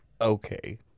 Okay